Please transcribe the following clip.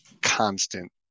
constant